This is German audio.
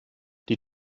die